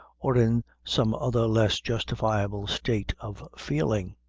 or in some other less justifiable state of feeling.